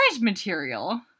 material